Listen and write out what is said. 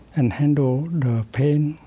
and handle the pain,